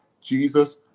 Jesus